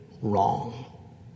wrong